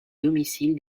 domicile